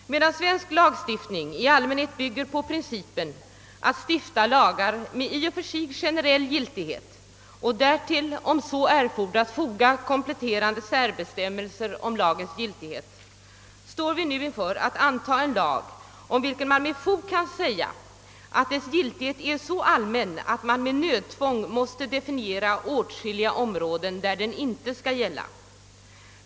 Medan svensk lagstiftning i allmänhet bygger på principen att stifta lagar med i och för sig generell giltighet och därtill, om så erfordras foga kompletterande särbestämmelser om lagens giltighet, står vi nu inför att antaga en lag om vilken man med fog kan säga, att dess giltighet är så allmän att man med nödtvång måste definiera åtskilliga områden där den inte skall gälla.